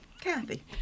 Kathy